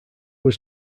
was